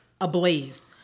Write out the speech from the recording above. ablaze